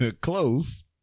close